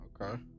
Okay